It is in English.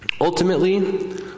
Ultimately